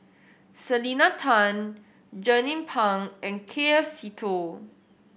Selena Tan Jernnine Pang and K F Seetoh